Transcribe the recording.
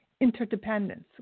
interdependence